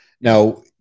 now